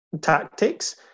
tactics